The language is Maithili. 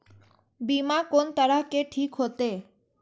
बीमा कोन तरह के ठीक होते?